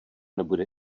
nebude